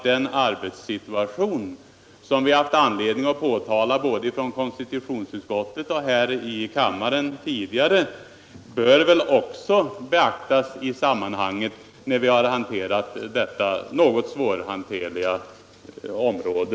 Den arbetssituation som vi tidigare har haft anledning påtala både från konstitutionsutskottet och här i kammaren bör väl också beaktas, när vi har haft att behandla detta svårhanterliga område.